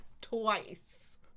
twice